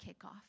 kickoff